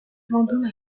vendôme